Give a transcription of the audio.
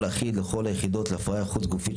אחיד לכל היחידות להפריה חוץ גופית,